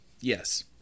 Yes